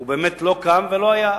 ובאמת, לא קם ולא היה.